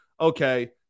okay